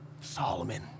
Solomon